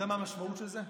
אתה יודע מה המשמעות של זה?